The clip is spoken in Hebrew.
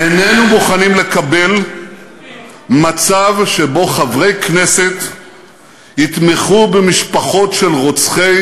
איננו מוכנים לקבל מצב שבו חברי כנסת יתמכו במשפחות של רוצחי